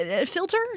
filter